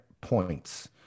points